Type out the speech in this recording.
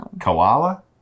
koala